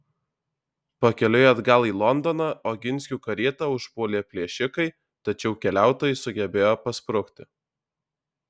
pakeliui atgal į londoną oginskių karietą užpuolė plėšikai tačiau keliautojai sugebėjo pasprukti